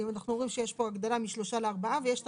אנחנו אומרים שיש פה הגדלה משלושה ימים לארבעה